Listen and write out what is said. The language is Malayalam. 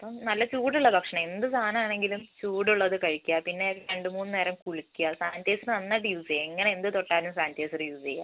അപ്പം നല്ല ചൂടുള്ള ഭക്ഷണം എന്ത് സാധനമാണെങ്കിലും ചൂടുള്ളത് കഴിക്കുക പിന്നെ രണ്ട് മൂന്നു നേരം കുളിക്കുക സാനിറ്റൈസറ് നന്നായിട്ട് യൂസ് ചെയ്യുക എങ്ങനെ എന്ത് തൊട്ടാലും സാനിറ്റൈസർ യൂസ് ചെയ്യുക